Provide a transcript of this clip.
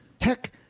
Heck